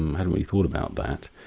um hadn't really thought about that.